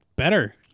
Better